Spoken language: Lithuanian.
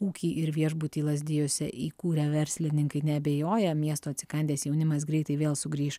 ūkį ir viešbutį lazdijuose įkūrę verslininkai neabejoja miesto atsikandęs jaunimas greitai vėl sugrįš